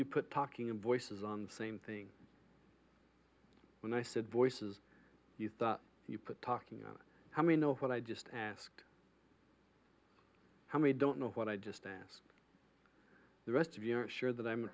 to put talking and voices on the same thing when i said voices you thought you put talking on how me know what i just asked how many don't know what i just asked the rest of you are sure that i'm